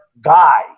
guy